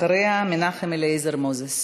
אחריה, מנחם אליעזר מוזס.